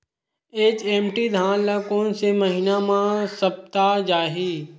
HMT धान ल कोन से महिना म सप्ता चाही?